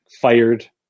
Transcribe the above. fired